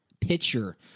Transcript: pitcher